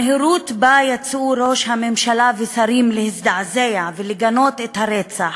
המהירות שבה יצאו ראש הממשלה והשרים להזדעזע ולגנות את הרצח,